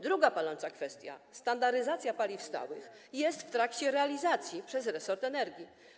Druga paląca kwestia - standaryzacja paliw stałych - jest w trakcie realizacji przez resort energii.